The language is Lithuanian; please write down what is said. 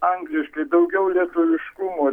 angliškai daugiau lietuviškumo